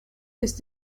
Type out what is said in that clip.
ist